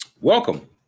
Welcome